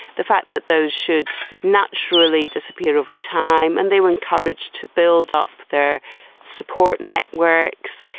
the fact that those should naturally disappear over time. and they were encouraged to build up their support networks,